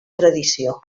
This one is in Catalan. tradició